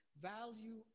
value